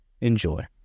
enjoy